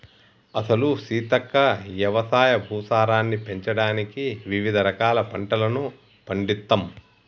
అసలు సీతక్క యవసాయ భూసారాన్ని పెంచడానికి వివిధ రకాల పంటలను పండిత్తమ్